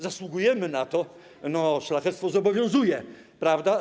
Zasługujemy na to, szlachectwo zobowiązuje, prawda?